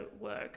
work